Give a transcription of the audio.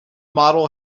model